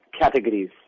categories